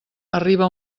arriba